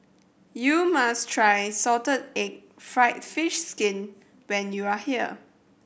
you must try salted egg fried fish skin when you are here